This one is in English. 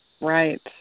Right